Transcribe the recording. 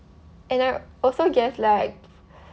and I also guess like